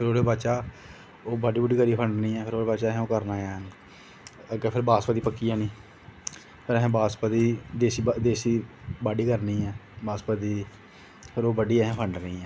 ओह्दे बाद च ओह् बाड्ढी करियै असें फंडनी ऐ ओह्दे बाद च असें अग्गें फिर बासमती पकी जानी फिर असें बासमती देसी देसी बाड्ढी करनी ऐ बासमती दी ते फिर ओह् बड्ढियै असें फंडनी ऐ